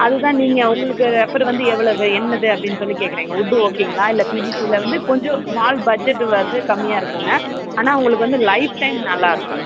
அது தான் நீங்கள் உங்களுக்கு வந்து எவ்வளோவு என்னது அப்படின்னு சொல்லி கேட்கறேங்க உட்டு ஓகேங்களா இல்லை பிவிசியில வந்து கொஞ்சம் ஸ்மால் பட்ஜெட்டு வந்து கம்மியாக இருக்குங்க ஆனால் உங்களுக்கு வந்து லைஃப் டைம் நல்லா இருக்கும்